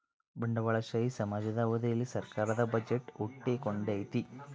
ಬಂಡವಾಳಶಾಹಿ ಸಮಾಜದ ಅವಧಿಯಲ್ಲಿ ಸರ್ಕಾರದ ಬಜೆಟ್ ಹುಟ್ಟಿಕೊಂಡೈತೆ